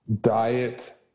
diet